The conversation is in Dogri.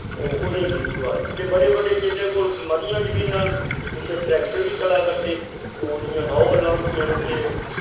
ओह् ओह्दे ने बी हल्ल ते बड़े बड्डे जिन्दे कोल मतियां जमीनां न उत्तें टरैकटर बी चला करदे ओह्दियां नौ हल्लां होंदियां न